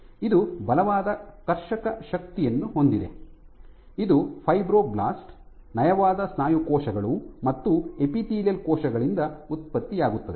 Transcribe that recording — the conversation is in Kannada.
ಇದು ಬಲವಾದ ಕರ್ಷಕ ಶಕ್ತಿಯನ್ನು ಹೊಂದಿದೆ ಇದು ಫೈಬ್ರೊಬ್ಲಾಸ್ಟ್ ನಯವಾದ ಸ್ನಾಯು ಕೋಶಗಳು ಮತ್ತು ಎಪಿತೀಲಿಯಲ್ ಕೋಶಗಳಿಂದ ಉತ್ಪತ್ತಿಯಾಗುತ್ತದೆ